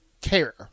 care